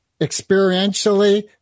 experientially